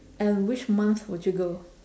and which month would you go